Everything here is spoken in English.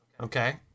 Okay